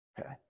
Okay